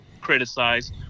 criticize